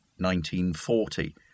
1940